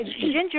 Ginger